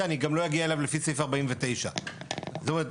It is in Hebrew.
אני גם לא אגיע אליו לפי סעיף 49. זאת אומרת,